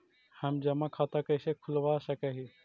हम जमा खाता कैसे खुलवा सक ही?